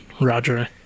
Roger